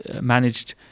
managed